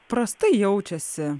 prastai jaučiasi